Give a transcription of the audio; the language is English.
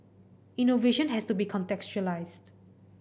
innovation has to be contextualised